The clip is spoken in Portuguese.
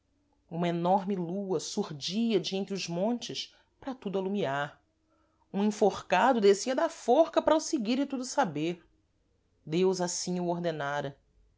uma enorme lua surdia de entre os montes para tudo alumiar um enforcado descia da forca para o seguir e tudo saber deus assim o ordenara